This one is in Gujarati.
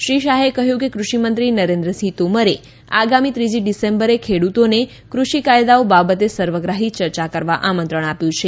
શ્રી શાહે કહ્યું કે કૃષિમંત્રી નરેન્દ્રસિંહ તોમરે આગામી ત્રીજી ડિસેમ્બરે ખેડૂતોને કૃષિ કાયદાઓ બાબતે સર્વગ્રાહી ચર્ચા કરવા આમંત્રણ આપ્યું છે